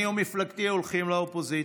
אני ומפלגתי הולכים לאופוזיציה.